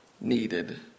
needed